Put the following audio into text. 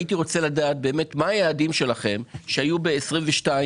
הייתי רוצה לדעת באמת מה היעדים שלכם שהיו ב-2022?